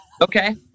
Okay